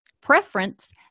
preference